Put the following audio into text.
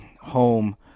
home